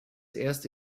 erste